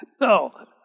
No